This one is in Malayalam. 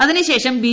അതിനു ശേഷം ബി